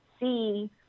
see